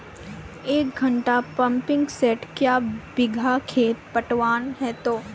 एक घंटा pumping set क्या बीघा खेत पटवन है तो?